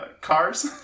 cars